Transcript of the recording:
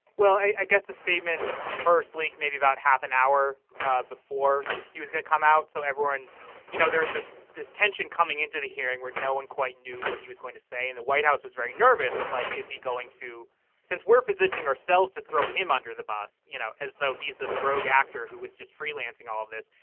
well, i guess the statement first leak maybe about half an hour before he was gonna come out. so everyone you know, there is this this tension coming into the hearing where no one quite knew what he was going to say in the white house was very nervous, like, is he going to since we're positioning ourselves to throw him under the bus? you know, as though he's this rogue actor who was just freelancing all of this.